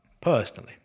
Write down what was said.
personally